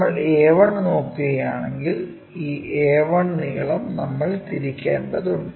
നമ്മൾ a1 നോക്കുകയാണെങ്കിൽ ഈ a1 നീളം നമ്മൾ തിരിക്കേണ്ടതുണ്ട്